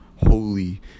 holy